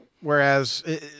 Whereas